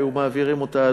היו מעבירים אותם,